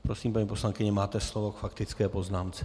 Prosím, paní poslankyně, máte slovo k faktické poznámce.